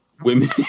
women